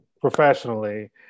professionally